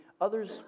Others